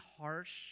harsh